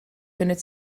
kunnen